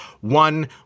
one